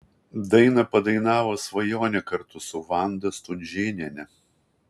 dainą padainavo svajonė kartu su vanda stunžėniene